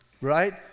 right